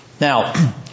Now